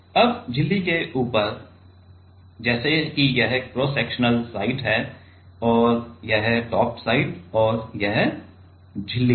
अब झिल्ली के ऊपर अब जैसे कि यह क्रॉस सेक्शनल साइड है और यह टॉप साइड है और यह झिल्ली है